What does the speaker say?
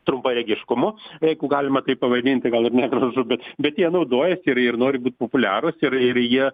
trumparegiškumu jeigu galima taip pavadinti gal ir negražu bet bet jie naudojasi ir ir nori būt populiarūs ir ir jie